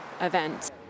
event